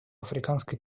африканской